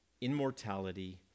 immortality